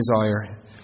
desire